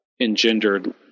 engendered